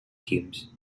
teams